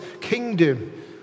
kingdom